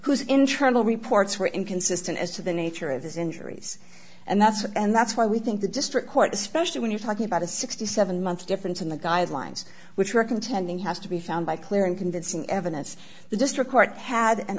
who's in trouble reports were inconsistent as to the nature of his injuries and that's and that's why we think the district court especially when you're talking about a sixty seven month difference in the guidelines which were contending has to be found by clear and convincing evidence the district court had an